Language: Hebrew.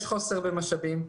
יש חוסר במשאבים.